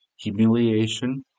humiliation